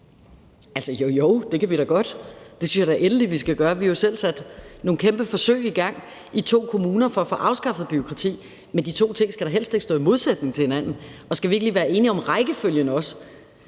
jo, jo, det kan vi da godt. Det synes jeg da endelig vi skal gøre. Vi har jo selv sat nogle kæmpe forsøg i gang i to kommuner for at få afskaffet bureaukrati, men de to ting skal da helst ikke stå i modsætning til hinanden. Og skal vi ikke lige være enige om rækkefølgen også?